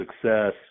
success